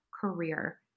career